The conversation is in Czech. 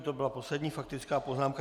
To byla poslední faktická poznámka.